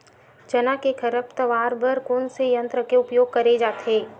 चना के खरपतवार बर कोन से यंत्र के उपयोग करे जाथे?